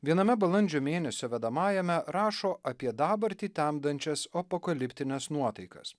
viename balandžio mėnesio vedamajame rašo apie dabartį temdančias apokaliptines nuotaikas